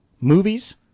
Movies